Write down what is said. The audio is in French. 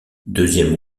deuxième